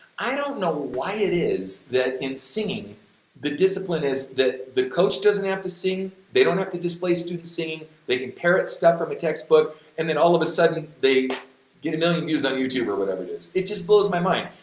i don't know why it is that in singing the discipline is that the coach doesn't have to sing, they don't have to display students singing, they can parrot stuff from a textbook and then all of a sudden they get a million views on youtube or whatever it is. it just blows my mind.